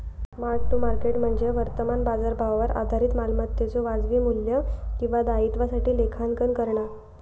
mark to market म्हणजे वर्तमान बाजारभावावर आधारित मालमत्तेच्यो वाजवी मू्ल्य किंवा दायित्वासाठी लेखांकन करणा